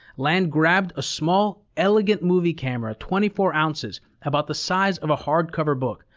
land grabbed a small, elegant movie camera, twenty four ounces, about the size of a hardcover book,